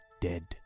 dead